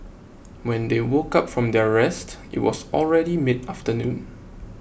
when they woke up from their rest it was already mid afternoon